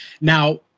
Now